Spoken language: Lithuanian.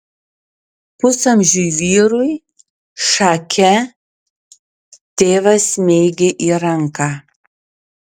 pusamžiui vyrui šake tėvas smeigė į ranką